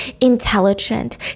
intelligent